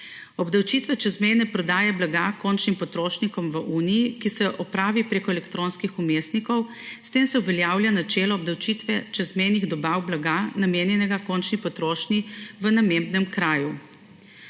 obdavčitve čezmejne prodaje blaga končnim potrošnikom v Uniji, ki se jo opravi preko elektronskih vmesnikov, s tem se uveljavlja načela obdavčitve čezmejnih dobav blaga, namenjenega končni potrošnji v namembnem kraju;